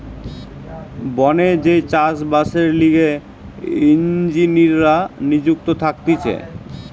বনে যেই চাষ বাসের লিগে ইঞ্জিনীররা নিযুক্ত থাকতিছে